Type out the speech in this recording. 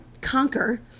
conquer